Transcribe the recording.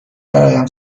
برایم